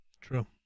true